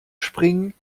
springen